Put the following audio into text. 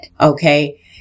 Okay